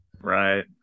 right